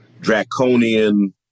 draconian